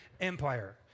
Empire